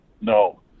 No